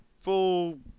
full